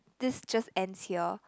this just ends here